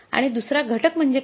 आणि दुसरा घटक म्हणजे काय